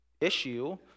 issue